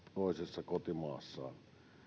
toisessa kotimaassaan